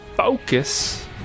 Focus